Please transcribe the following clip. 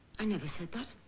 i never said that.